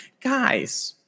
Guys